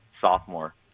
sophomore